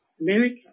America